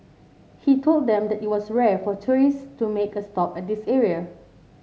he told them that it was rare for tourists to make a stop at this area